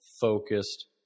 focused